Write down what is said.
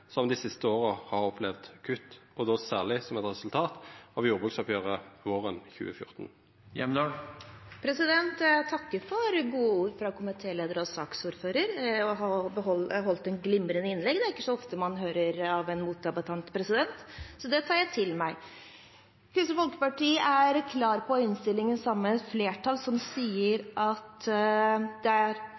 som dei siste åra har opplevd kutt – og då særleg som eit resultat av jordbruksoppgjeret våren 2014? Jeg takker for gode ord fra komitélederen og saksordføreren om at jeg har holdt et glimrende innlegg. Det er det ikke så ofte man hører fra en motdebattant, så det tar jeg til meg. Kristelig Folkeparti er i innstillingen, sammen med et flertall, klar på at det er